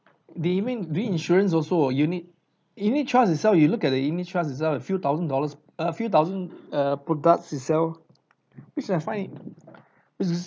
they even doing insurance also oh unit unit trust itself you look at the unit trust itself a few thousand dollars a few thousand err products itself which I find which is